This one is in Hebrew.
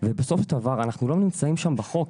ובסוף אנחנו לא נמצאים שם בחוק,